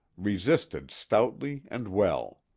resisted stoutly and well.